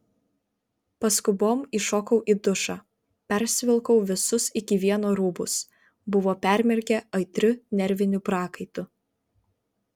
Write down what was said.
paskubom įšokau į dušą persivilkau visus iki vieno rūbus buvo permirkę aitriu nerviniu prakaitu